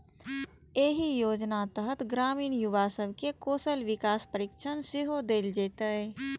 एहि योजनाक तहत ग्रामीण युवा सब कें कौशल विकास प्रशिक्षण सेहो देल जेतै